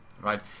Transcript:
Right